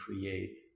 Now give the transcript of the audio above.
create